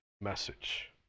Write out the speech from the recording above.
message